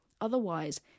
Otherwise